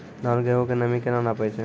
धान, गेहूँ के नमी केना नापै छै?